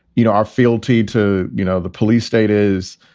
you know, our fealty to, you know, the police state is,